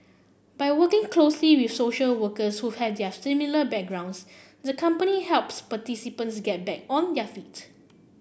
by working closely with social workers who have their similar backgrounds the company helps participants get back on their feet